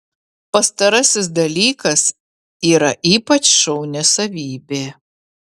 pastarasis dalykas yra ypač šauni savybė